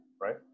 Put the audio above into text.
right